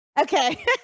Okay